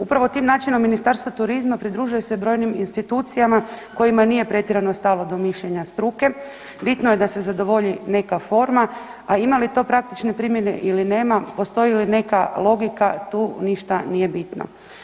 Upravo tim načinom, Ministarstvo turizma pridružuje se brojnim institucijama kojima nije pretjerano stalo do mišljenja struke, bitno je da se zadovolji neka forma a ima li to praktične primjene ili nema, postoji li neka logika, tu ništa nije bitno.